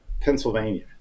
Pennsylvania